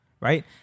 Right